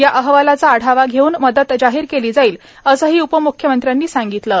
या अहवालाचा आढावा घेऊन मदत जाहीर केली जाईल असंही उपम्ख्यमंत्र्यांनी म्हटलं आहे